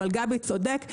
אבל גבי צודק,